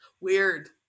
weird